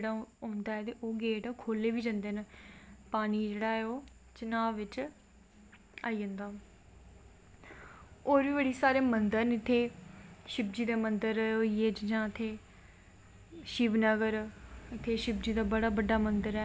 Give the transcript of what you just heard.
खीर मिलदी ऐ ते बिच्च लूनी खार बनाई दी होंदी त् फिर इक बार अस गे हे जादातर अस घूमनें फिरनें गी जियां छुट्टियां पौंदियां जून जुलाई दे म्हीने च ओह्दे बाद फिर अस गे हे